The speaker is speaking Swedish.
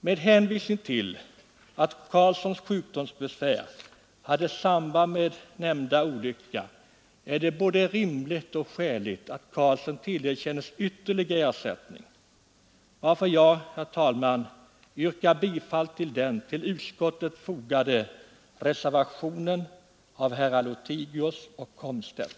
Med hänvisning till att Karlssons sjukdomsbesvär har samband med den nämnda olyckan är det både rimligt och skäligt att Karlsson tillerkännes ytterligare ersättning, varför jag, herr talman, yrkar bifall till den vid utskottsbetänkandet fogade reservationen av herrar Lothigius och Komstedt.